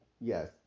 Yes